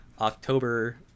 October